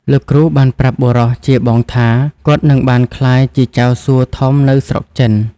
លោកគ្រូបានប្រាប់បុរសជាបងថាគាត់នឹងបានក្លាយជាចៅសួធំនៅស្រុកចិន។